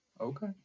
Okay